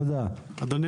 אדוני,